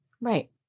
right